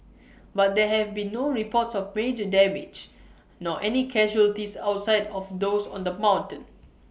but there have been no reports of major damage nor any casualties outside of those on the mountain